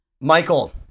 Michael